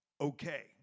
okay